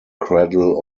cradle